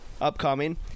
Upcoming